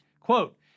Quote